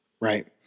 Right